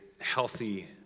healthy